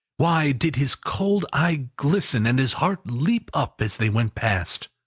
why did his cold eye glisten, and his heart leap up as they went past!